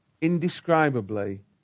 indescribably